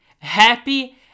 happy